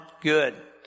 good